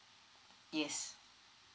yes